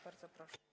Bardzo proszę.